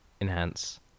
enhance